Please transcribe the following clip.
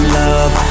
love